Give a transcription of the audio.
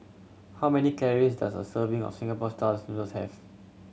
how many calories does a serving of Singapore styles noodles have